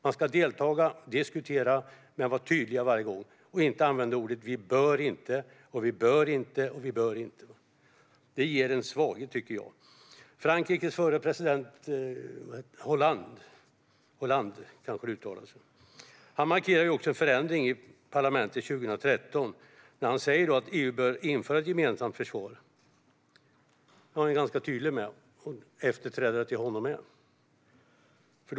Man ska delta och diskutera men vara tydlig varje gång, i stället för att gång på gång säga vad vi inte bör - det visar en svaghet, tycker jag. Frankrikes förre president Hollande markerade en förändring i ett tal i EU-parlamentet 2013, där han sa att EU bör införa ett gemensamt försvar. Han var ganska tydlig med det, vilket också hans efterträdare varit.